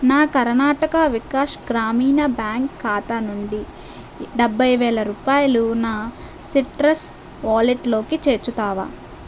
నా కర్ణాటక వికాస్ గ్రామీణ బ్యాంక్ ఖాతా నుండి డెభై వేల రూపాయలు నా సిట్రస్ వాలెట్లోకి చేర్చుతావా